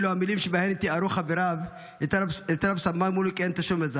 אלו המילים שבהן תיארו חבריו את רס"ל מולוקן תשומה,